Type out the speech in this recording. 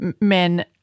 men